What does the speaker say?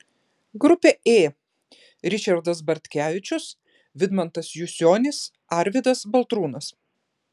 grupė ė ričardas bartkevičius vidmantas jusionis arvydas baltrūnas